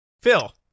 Phil